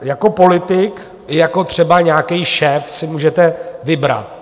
Jako politik i jako třeba nějaký šéf si můžete vybrat.